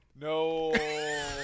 No